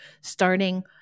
starting